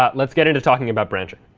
ah let's get into talking about branching.